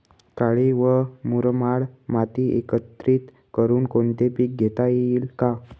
काळी व मुरमाड माती एकत्रित करुन कोणते पीक घेता येईल का?